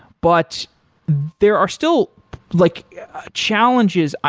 but there are still like challenges,